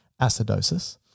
acidosis